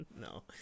No